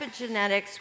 epigenetics